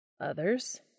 Others